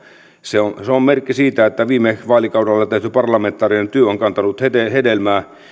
se on se on merkki siitä että viime vaalikaudella tehty parlamentaarinen työ on kantanut hedelmää